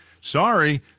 sorry